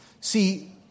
See